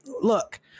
look